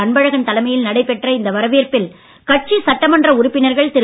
அன்பழகன் தலைமையில் நடைபெற்ற இந்த வரவேற்பில் கட்சி சட்டமன்ற உறுப்பினர்கள் திரு